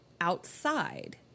outside